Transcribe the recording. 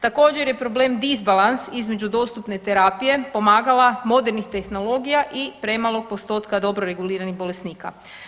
Također je problem disbalans između dostupne terapije, pomagala modernih tehnologija i premalog postotka dobro reguliranih bolesnika.